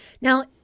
Now